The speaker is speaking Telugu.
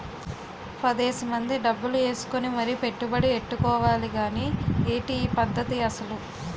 పదేసి మంది డబ్బులు ఏసుకుని మరీ పెట్టుబడి ఎట్టుకోవాలి గానీ ఏటి ఈ పద్దతి అసలు?